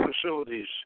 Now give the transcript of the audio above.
facilities